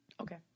Okay